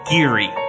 Geary